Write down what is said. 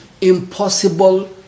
impossible